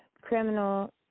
criminal